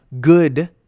good